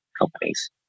companies